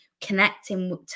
connecting